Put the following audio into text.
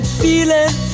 feeling